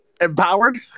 Empowered